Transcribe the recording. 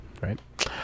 right